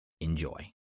Enjoy